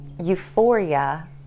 euphoria